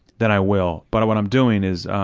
then i will, but what i'm doing is